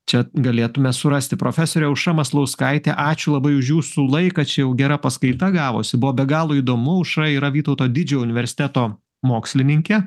čia galėtume surasti profesorė aušra maslauskaitė ačiū labai už jūsų laiką čia jau gera paskaita gavosi buvo be galo įdomu aušra yra vytauto didžio universiteto mokslininkė